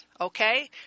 Okay